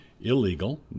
illegal